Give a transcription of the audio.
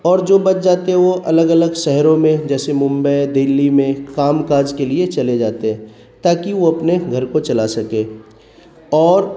اور جو بچ جاتے ہیں وہ الگ الگ شہروں میں جیسے ممبئی دلّی میں کام کاج کے لیے چلے جاتے ہیں تاکہ وہ اپنے گھر کو چلا سکے اور